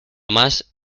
más